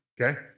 okay